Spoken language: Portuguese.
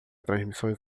transmissões